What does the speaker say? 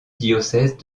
diocèse